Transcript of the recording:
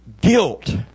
Guilt